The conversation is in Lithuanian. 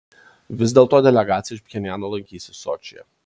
vis dėl to delegacija iš pchenjano lankysis sočyje